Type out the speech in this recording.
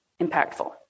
impactful